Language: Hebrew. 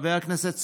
חבר הכנסת סעדי,